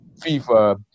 FIFA